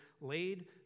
laid